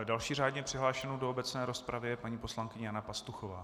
Další řádně přihlášenou do obecné rozpravy je paní poslankyně Jana Pastuchová.